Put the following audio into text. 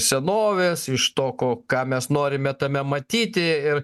senovės iš to ko ką mes norime tame matyti ir